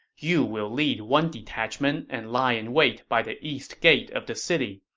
you will lead one detachment and lie in wait by the east gate of the city,